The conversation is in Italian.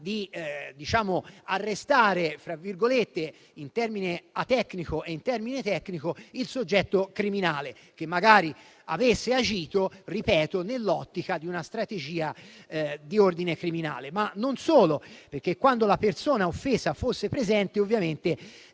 di "arrestare" (in termine atecnico e in termine tecnico) il soggetto criminale che magari avesse agito nell'ottica di una strategia di ordine criminale. Ma non solo: qualora la persona offesa fosse presente al momento